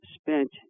spent